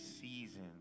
season